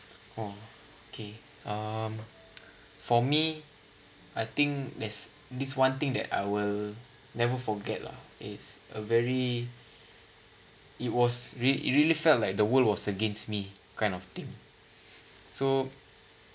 oh okay uh um for me I think there's this one thing that I will never forget lah is a very it was really really felt like the world was against me kind of thing so